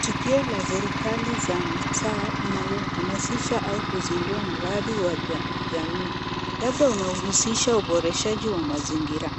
Tukio la serikali za mitaa inayohamasisha au kuzindua mradi wa kijamii, labda unaohusisha uboreshaji wa mazingira.